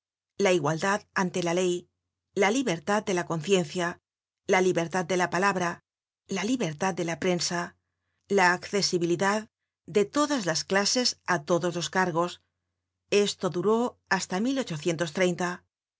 la igualdad ante la ley la libertad de la conciencia la libertad de la palabra la libertad de la prensa la accesibilidad de todas las clases á todos los cargos esto duró hasta